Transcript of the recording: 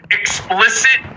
explicit